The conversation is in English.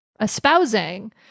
espousing